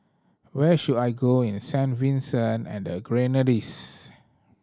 where should I go in Saint Vincent and the Grenadines